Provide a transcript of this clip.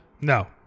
No